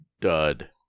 Dud